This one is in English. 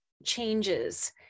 changes